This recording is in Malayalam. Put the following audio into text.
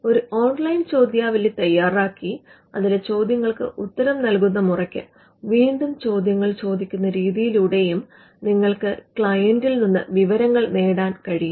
ഒരു ഓൺലൈൻ ചോദ്യാവലി തയ്യാറാക്കി അതിലെ ചോദ്യങ്ങൾക്ക് ഉത്തരം നൽകുന്ന മുറയ്ക്ക് വീണ്ടും ചോദ്യങ്ങൾ ചോദിക്കുന്ന രീതിയിലൂടെയും നിങ്ങൾക്ക് ക്ലയന്റിൽ നിന്ന് വിവരങ്ങൾ നേടാൻ കഴിയും